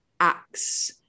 acts